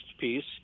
piece